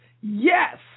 yes